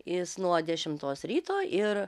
jis nuo dešimtos ryto ir